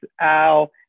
Al